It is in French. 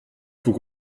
fait